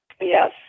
Yes